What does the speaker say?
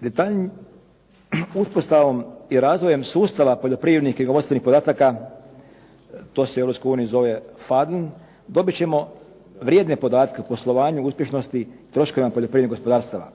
pravilnikom. Uspostavom i razvojem sustava poljoprivrednih knjigovodstvenih podataka to se u Europskoj uniji zove FADN, dobit ćemo vrijedne podatke o poslovanju uspješnosti troškovima poljoprivrednih gospodarstava.